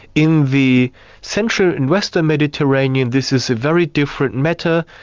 in the central and western mediterranean, this is a very different matter.